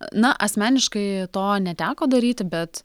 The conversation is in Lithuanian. na asmeniškai to neteko daryti bet